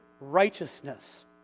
righteousness